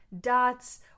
dots